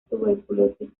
tuberculosis